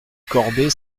corbet